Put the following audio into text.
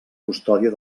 custòdia